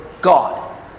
God